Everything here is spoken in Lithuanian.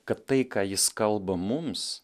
kad tai ką jis kalba mums